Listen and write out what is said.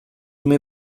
muy